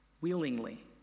willingly